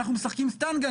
אנחנו משחקים סטנגה.